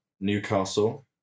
Newcastle